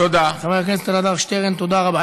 חבר הכנסת אלעזר שטרן, תודה רבה.